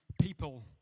people